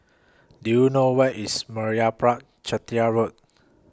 Do YOU know Where IS Meyappa Chettiar Road